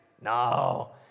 No